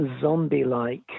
zombie-like